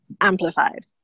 amplified